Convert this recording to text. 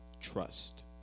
trust